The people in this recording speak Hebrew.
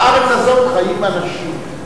בארץ הזאת חיים אנשים.